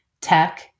tech